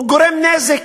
הוא גורם נזק.